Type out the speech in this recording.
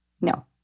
No